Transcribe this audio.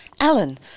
Alan